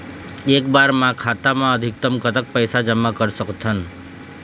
एक बार मा खाता मा अधिकतम कतक पैसा जमा कर सकथन?